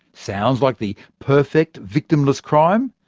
sounds like the perfect victimless crime?